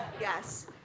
Yes